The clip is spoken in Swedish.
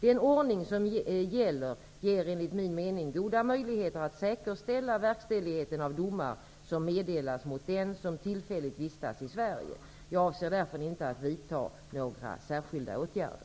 Den ordning som gäller ger enligt min mening goda möjligheter att säkerställa verkställigheten av domar som meddelas mot den som tillfälligt vistas i Sverige. Jag avser därför inte att vidta några åtgärder.